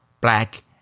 black